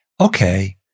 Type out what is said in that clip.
Okay